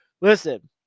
listen